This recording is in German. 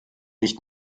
nicht